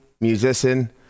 musician